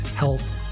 health